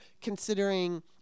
considering